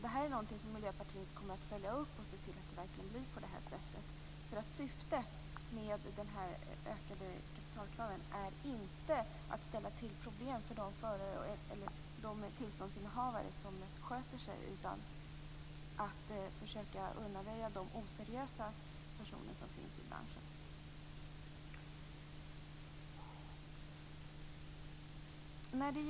Det här är någonting som Miljöpartiet kommer att följa upp och se till att det verkligen blir på det här sättet. Syftet med de ökade kapitalkraven är inte att ställa till problem för de förare eller de tillståndsinnehavare som sköter sig utan att försöka att undanröja de oseriösa personer som finns inom branschen.